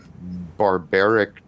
barbaric